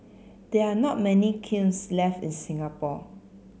there are not many kilns left in Singapore